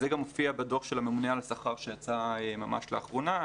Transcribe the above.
זה גם מופיע בדוח של הממונה על השכר שיצא ממש לאחרונה,